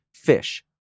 fish